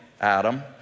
Adam